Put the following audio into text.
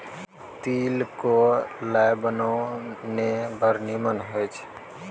तिल क लाय बनाउ ने बड़ निमन होए छै